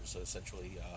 essentially